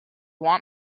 want